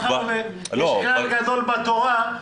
כלל גדול בתורה,